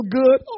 good